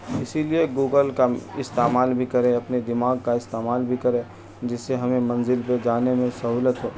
اسی لیے گوگل کا استعمال بھی کرے اپنے دماغ کا استعمال بھی کرے جس سے ہمیں منزل پہ جانے میں سہولت ہو